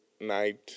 night